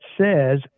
says